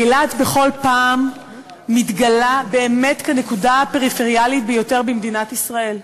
אילת בכל פעם מתגלה באמת כנקודה הפריפריאלית ביותר במדינת ישראל,